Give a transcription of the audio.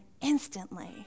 instantly